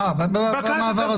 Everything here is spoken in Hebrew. אה, במעבר הזה,